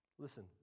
Listen